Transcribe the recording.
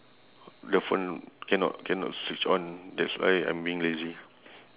the phone cannot cannot switch on that's why I'm being lazy